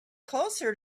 closer